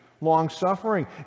Long-suffering